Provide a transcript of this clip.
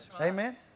Amen